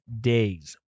days